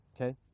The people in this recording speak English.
okay